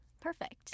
Perfect